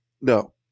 No